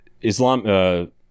Islam